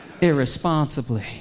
irresponsibly